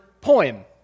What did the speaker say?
poem